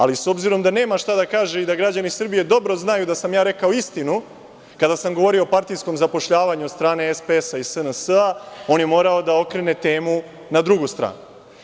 Ali, s obzirom, da nema šta da kaže i da građani Srbije dobro znaju da sam ja rekao istinu kada sam govorio o partijskom zapošljavanju od strane SPS i SNS, on je morao da okrene temu na drugu stranu.